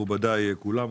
ראשי הערים, מכובדיי כולם.